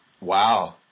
Wow